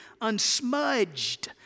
unsmudged